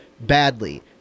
badly